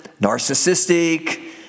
narcissistic